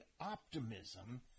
optimism